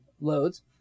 loads